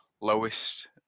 lowest